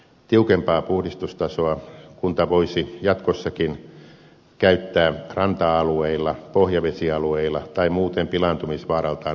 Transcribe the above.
tiukempaa puhdistustasoa kunta voisi jatkossakin käyttää ranta alueilla pohjavesialueilla tai muuten pilaantumisvaaraltaan herkillä alueilla